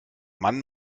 mann